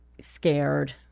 scared